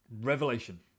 revelation